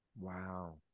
Wow